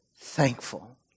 thankful